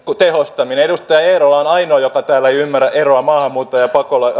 tehostaminen edustaja eerola on ainoa joka täällä ei ymmärrä eroa maahanmuuttajan ja